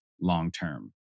long-term